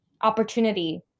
opportunity